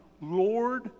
Lord